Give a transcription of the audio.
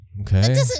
okay